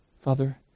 Father